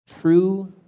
true